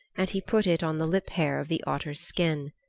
and he put it on the lip-hair of the otter's skin.